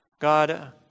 God